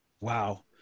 Wow